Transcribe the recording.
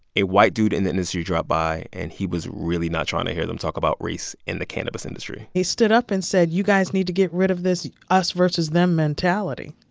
a white dude in the industry dropped by, and he was really not trying to hear them talk about race in the cannabis industry he stood up and said, you guys need to get rid of this us-versus-them mentality.